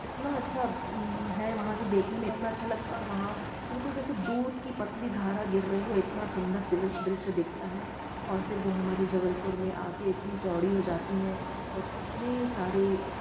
इतना अच्छा है वहाँ से देखने में इतना अच्छा लगता और वहाँ बिल्कुल जैसे दूध की पतली धार गिर रही हो इतना सुंदर दृश्य दिखता है और फ़िर वो हमारे जबलपुर में आकर इतनी चौड़ी हो जाती हैं और कितने सारे